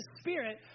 spirit